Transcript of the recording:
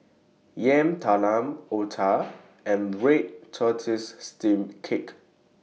Yam Talam Otah and Red Tortoise Steamed Cake